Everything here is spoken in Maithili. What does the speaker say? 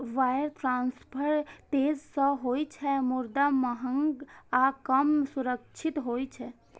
वायर ट्रांसफर तेज तं होइ छै, मुदा महग आ कम सुरक्षित होइ छै